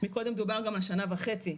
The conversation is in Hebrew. מקודם דובר גם על שנה וחצי.